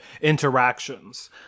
interactions